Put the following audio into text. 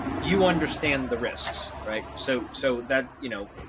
you understand the risks, right? so so that, you know,